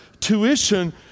tuition